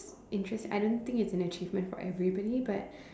interest I don't think it's an achievement for everybody but